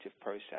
process